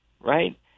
right